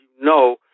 No